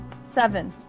Seven